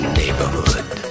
neighborhood